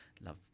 love